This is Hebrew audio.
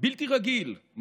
בלתי רגיל,